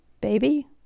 baby